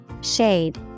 Shade